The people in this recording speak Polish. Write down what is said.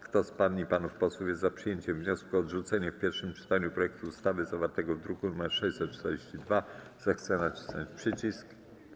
Kto z pań i panów posłów jest za przyjęciem wniosku o odrzucenie w pierwszym czytaniu projektu ustawy zawartego w druku nr 642, zechce nacisnąć przycisk.